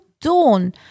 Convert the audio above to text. dawn